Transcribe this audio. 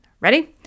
Ready